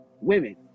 women